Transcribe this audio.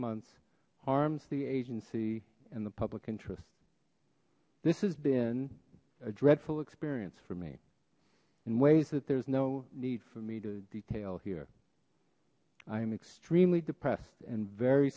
months arms the agency and the public interest this has been a dreadful experience for me in ways that there's no need for me to detail here i am extremely depressed and very